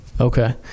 Okay